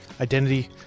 identity